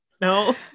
No